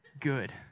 good